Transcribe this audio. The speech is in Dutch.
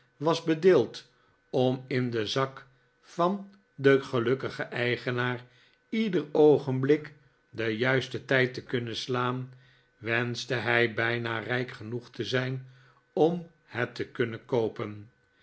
was bedeeld om in den zak van den gelukkigen eigenaar ieder oogenblik den juisten tijd te kunnen slaan wenschte hij bijna rijk genoeg te zijn om het te kunnen koopen